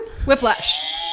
Whiplash